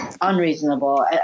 unreasonable